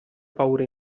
paure